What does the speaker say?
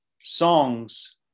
songs